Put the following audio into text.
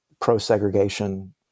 pro-segregation